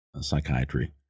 psychiatry